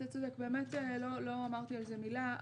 באמת לא אמרתי על זה מילה,